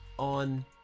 on